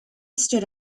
stood